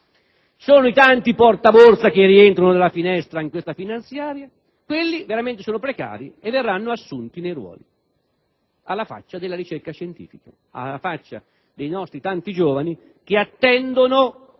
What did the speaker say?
Sono i tanti portaborse, che rientrano dalla finestra in questa finanziaria; quelli veramente sono precari e verranno assunti nei ruoli, alla faccia della ricerca scientifica e dei nostri tanti giovani che attendono